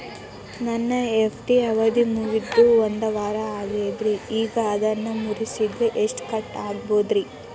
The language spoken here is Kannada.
ನನ್ನ ಎಫ್.ಡಿ ಅವಧಿ ಮುಗಿದು ಒಂದವಾರ ಆಗೇದ್ರಿ ಈಗ ಅದನ್ನ ಮುರಿಸಿದ್ರ ಎಷ್ಟ ಕಟ್ ಆಗ್ಬೋದ್ರಿ?